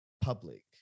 public